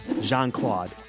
Jean-Claude